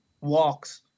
walks